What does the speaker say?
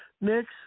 Next